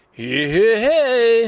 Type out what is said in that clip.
hey